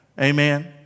Amen